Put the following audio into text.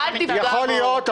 מוחה.